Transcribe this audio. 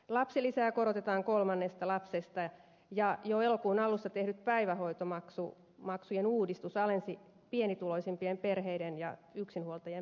lapsilisää korotetaan kolmannesta lapsesta ja jo elokuun alussa tehty päivähoitomaksujen uudistus alensi pienituloisimpien perheiden ja yksinhuoltajien päivähoitomaksuja